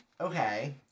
Okay